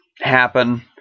happen